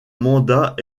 mandat